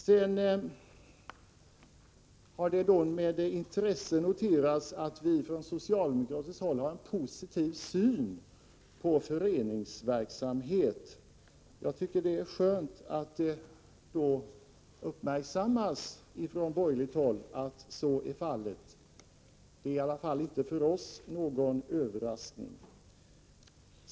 Sedan har det noterats att vi från socialdemokratiskt håll har en positiv syn på föreningsverksamhet. Jag tycker att det är skönt att detta uppmärksam = Nr 127 mats från borgerligt håll. Det är för oss inte någon överraskning.